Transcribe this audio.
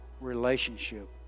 relationship